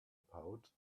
pouch